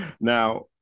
Now